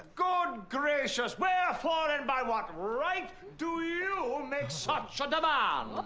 good gracious, wherefore and by what right do you make such a demand?